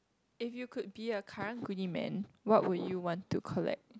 if you could be a Karang-Guni man what would you want to collect